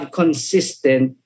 consistent